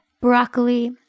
broccoli